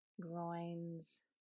Groins